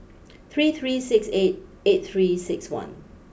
three three six eight eight three six one